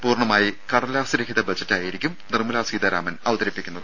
പൂർണമായി കടലാസ് രഹിത ബജറ്റായിരിക്കും നിർമ്മലാ സീതാരാമൻ അവതരിപ്പിക്കുന്നത്